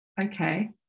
okay